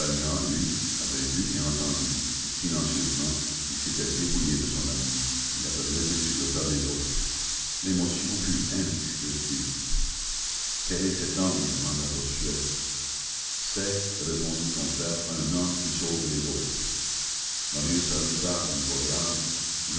lui avait vu et entendu et silencieusement il s'était dépouillé de son habit et l'avait jeté sur le tas des autres l'émotion fut indescriptible quel est cet homme demanda bossuet c'est répondit combeferre un homme qui sauve les autres marius ajouta d'une voix grave